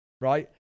right